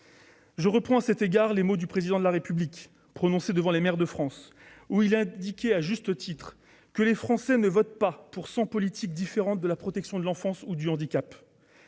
je fais miens les propos du Président de la République prononcés devant les maires de France : il indiquait, à juste titre, que les Français ne votaient pas pour cent politiques différentes de protection de l'enfance ou du handicap.